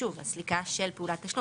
שוב, סליקה של פעולת תשלום.